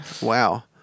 Wow